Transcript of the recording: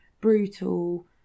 brutal